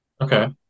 Okay